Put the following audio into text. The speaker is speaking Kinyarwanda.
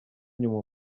inyuma